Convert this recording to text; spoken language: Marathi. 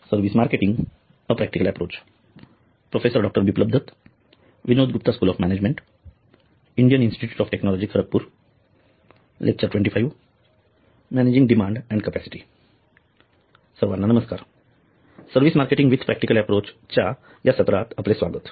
सर्वांना नमस्कार service marketing with practical approach च्या या सत्रात आपले स्वागत